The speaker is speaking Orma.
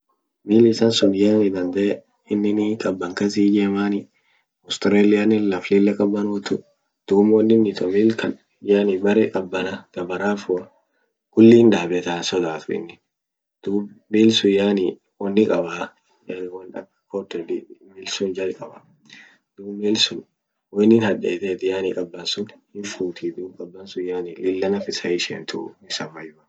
Mil isan sun yani dandee inini qaban kas hi ijema, Australia nen laf lilla qabanotu dum wonin ito milkan yani bere qabana ta barafua kulli hindabeta hinsodatu innin duub mil sun yani wonni qaaba yani ak mil sun jali qaaba duub mil sun woinin hadeten yani qaban sun hin fuuti duub qaban sun yani lilla naf isa hiishentu.